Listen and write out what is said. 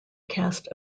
cast